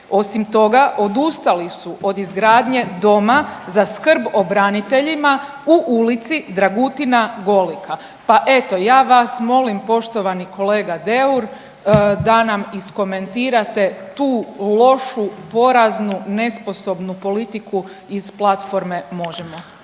Osim toga odustali su od izgradnje Doma za skrb o braniteljima u Ulici Dragutina Golika, pa eto ja vas molim poštovani kolega Deur da nam iskomentirate tu lošu poraznu nesposobnu politiku iz platforme Možemo!.